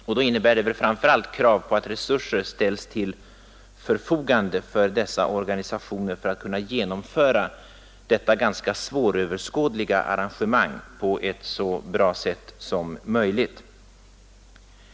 Detta innebär framför allt krav på att resurser ställs till förfogande för dessa organisationer så att de kan genomföra detta ganska svåröverskådliga arrangemang på ett så bra sätt som möjligt.